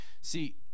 See